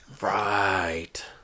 Right